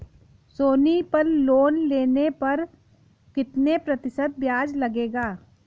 सोनी पल लोन लेने पर कितने प्रतिशत ब्याज लगेगा?